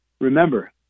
remember